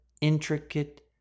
intricate